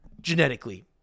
genetically